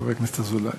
חבר הכנסת אזולאי.